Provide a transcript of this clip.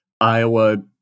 iowa